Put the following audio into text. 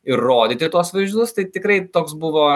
ir rodyti tuos vaizdus tai tikrai toks buvo